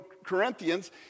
Corinthians